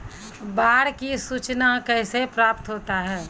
बाढ की सुचना कैसे प्राप्त होता हैं?